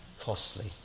costly